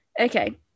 Okay